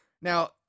Now